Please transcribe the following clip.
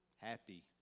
happy